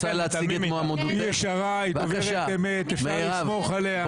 היא ישרה, היא דוברת אמת, אפשר לסמוך עליה.